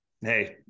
Hey